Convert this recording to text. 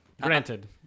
Granted